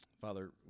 Father